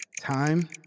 Time